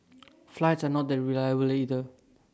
flights are not that reliable either